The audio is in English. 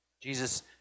Jesus